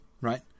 right